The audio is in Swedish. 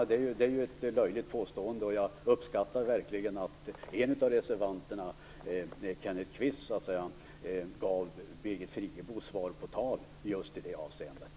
De är ju ett löjligt påstående, och jag uppskattar verkligen att en av reservanterna, Kenneth Kvist, gav Birgit Friggebo svar på tal i just det avseendet.